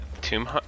Tomb